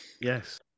Yes